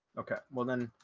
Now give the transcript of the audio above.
okay, well, then,